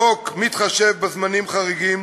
החוק מתחשב בזמנים חריגים,